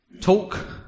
talk